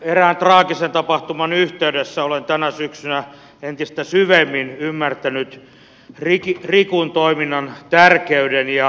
erään traagisen tapahtuman yhteydessä olen tänä syksynä entistä syvemmin ymmärtänyt rikun toiminnan tärkeyden ja merkityksellisyyden